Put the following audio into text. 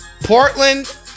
Portland